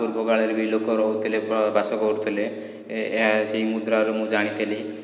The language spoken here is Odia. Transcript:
ପୂର୍ବକାଳରେ ବି ଲୋକ ରହୁଥିଲେ ପ୍ରବାସ କରୁଥିଲେ ଏହା ସେଇ ମୁଦ୍ରାରୁ ମୁଁ ଜାଣିଥିଲି